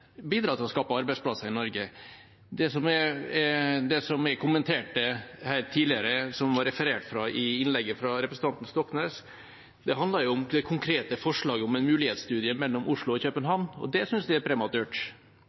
bidra til å skape arbeidsplasser i Norge. Det jeg kommenterte tidligere, som det ble referert til i innlegget til representanten Stoknes, handler om det konkrete forslaget om en mulighetsstudie mellom Oslo og København. Jeg synes det er prematurt